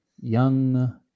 young